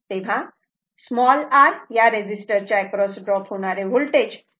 तेव्हा r या रजिस्टरच्या अक्रॉस ड्रॉप होणारे वोल्टेज 5